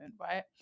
right